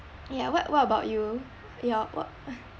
ya what what about you your what